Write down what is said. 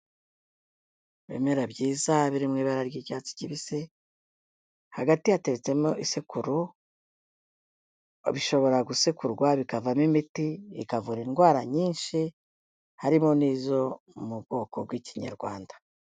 Ibimera byiza biri mu ibara ry'icyatsi kibisi, hagati hateretsemo isekuru bishobora gusekurwa bikavamo imiti ikavura indwara nyinshi harimo n'izo mu bwoko bw'ikinyarwanda.